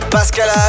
Pascal